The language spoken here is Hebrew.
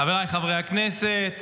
חבריי חברי הכנסת,